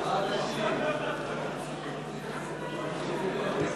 יהדות התורה להביע אי-אמון